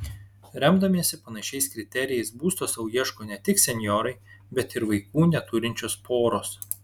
remdamiesi panašiais kriterijais būsto sau ieško ne tik senjorai bet ir vaikų neturinčios poros